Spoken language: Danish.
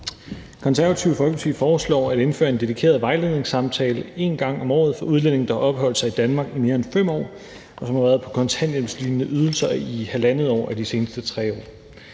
Konservative Folkeparti foreslår at indføre en dedikeret vejledningssamtale en gang om året for udlændinge, der har opholdt sig i Danmark i mere end 5 år, og som har været på kontanthjælpslignende ydelser i 1½ år af de seneste 3 år.